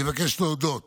אני מבקש להודות